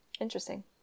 Interesting